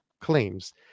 claims